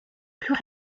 plus